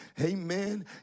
amen